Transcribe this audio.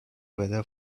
weather